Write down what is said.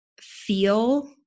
feel